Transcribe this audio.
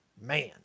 Man